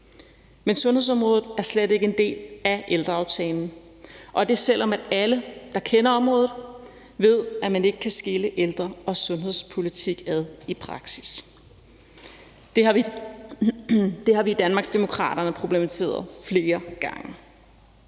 Men sundhedsområdet er slet ikke en del af ældreaftalen, og det, selv om alle, der kender området, ved, at man ikke kan skille ældre- og sundhedspolitik ad i praksis. Det har vi i Danmarksdemokraterne problematiseret flere gange.